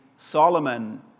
Solomon